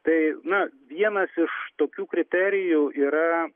tai na vienas iš tokių kriterijų yra